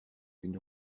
une